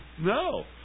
No